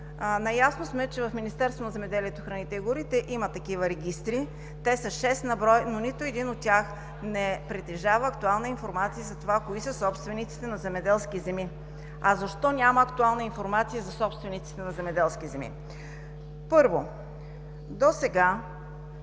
храните и горите има такива регистри, те са шест на брой, но нито един от тях не притежава актуална информация за това кои са собствениците на земеделски земи. А защо няма актуална информация за собствениците на земеделски земи? Първо, досега